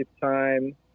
time